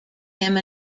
him